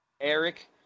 Eric